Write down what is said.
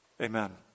Amen